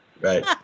Right